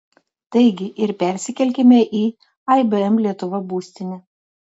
taigi ir persikelkime į ibm lietuva būstinę